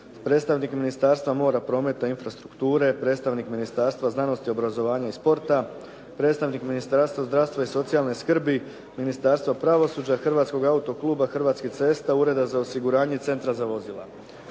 predstavnik Ministarstva mora, prometa i infrastrukture, predstavnik Ministarstva znanosti, obrazovanja i sporta, predstavnik Ministarstva zdravstva i socijalne skrbi, Ministarstva pravosuđa, Hrvatskog autokluba, Hrvatskih cesta, Ureda za osiguranje centra za vozila.